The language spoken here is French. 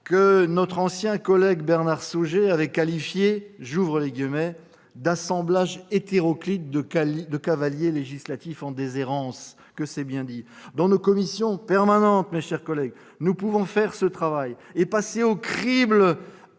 que notre ancien collègue Bernard Saugey avait qualifiées d'« assemblage hétéroclite de cavaliers législatifs en déshérence »... Comme c'est bien dit ! Dans nos commissions permanentes, mes chers collègues, nous pouvons faire ce travail et passer au crible